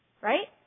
Right